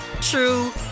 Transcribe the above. true